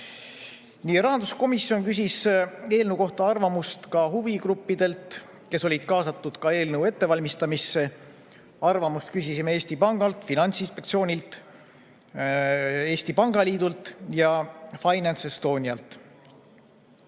Nii. Rahanduskomisjon küsis eelnõu kohta arvamust ka huvigruppidelt, kes olid kaasatud eelnõu ettevalmistamisse. Arvamust küsisime Eesti Pangalt, Finantsinspektsioonilt, Eesti Pangaliidult ja FinanceEstonialt. Nendest